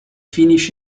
finish